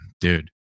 dude